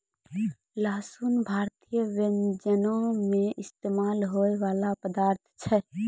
लहसुन भारतीय व्यंजनो मे इस्तेमाल होय बाला पदार्थ छै